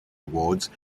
awards